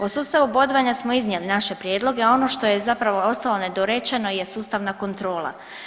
O sustavu bodovanja smo iznijeli naše prijedloge, a ono što je zapravo ostalo nedorečeno je sustavna kontrola.